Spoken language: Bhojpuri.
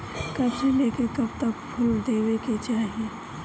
कब से लेके कब तक फुल देवे के चाही?